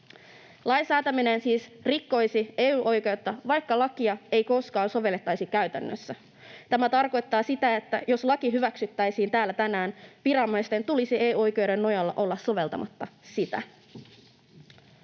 Lain säätäminen siis rikkoisi EU-oikeutta, vaikka lakia ei koskaan sovellettaisi käytännössä. Tämä tarkoittaa sitä, että jos laki hyväksyttäisiin täällä tänään, viranomaisten tulisi EU-oikeuden nojalla olla soveltamatta sitä.